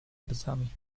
plecami